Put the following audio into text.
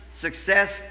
success